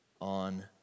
on